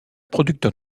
producteur